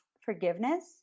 forgiveness